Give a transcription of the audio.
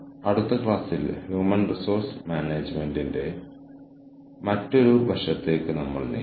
അടുത്ത ക്ലാസ്സിൽ കൂടുതൽ സ്ട്രാറ്റജിക് HRM ൽ നമ്മൾ തുടരും